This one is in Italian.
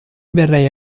verrei